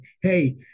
hey